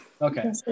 okay